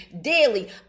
daily